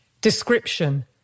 Description